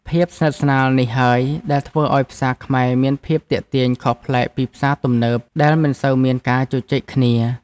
ភាពស្និទ្ធស្នាលនេះហើយដែលធ្វើឱ្យផ្សារខ្មែរមានភាពទាក់ទាញខុសប្លែកពីផ្សារទំនើបដែលមិនសូវមានការជជែកគ្នា។